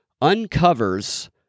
uncovers